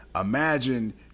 imagine